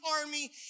army